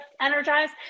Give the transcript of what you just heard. energized